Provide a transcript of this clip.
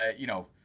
ah you know,